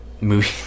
Movie